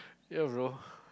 ya brother